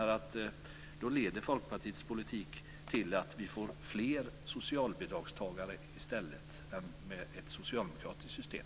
Då leder Folkpartiets politik till att vi får fler socialbidragstagare än vad vi får med ett socialdemokratiskt system.